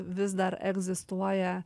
vis dar egzistuoja